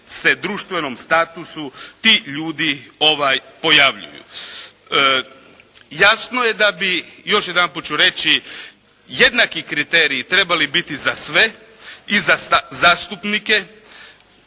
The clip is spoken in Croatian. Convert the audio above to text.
se društvenom statusu ti ljudi pojavljuju. Jasno je da bi još jedan puta ću reći jednaki kriteriji trebali biti za sve i za zastupnike,